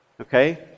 Okay